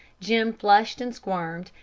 jim flushed and squirmed,